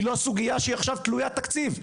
היא לא סוגייה שהיא סוגיית תקציב.